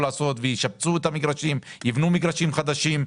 לעשות ושיפצו את המגרשים ויבנו מגרשים חדשים.